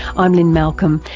i'm lynne malcolm,